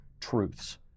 truths